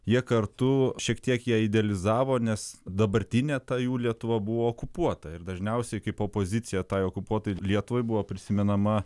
jie kartu šiek tiek ją idealizavo nes dabartinė ta jų lietuva buvo okupuota ir dažniausiai kaip opozicija tai okupuotai lietuvai buvo prisimenama